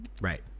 Right